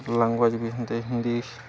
language ବି ସେନ୍ତି ହିନ୍ଦୀ